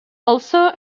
also